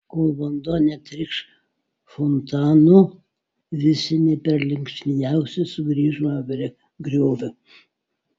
kol vanduo netrykš fontanu visi ne per linksmiausi sugrįžome prie griovio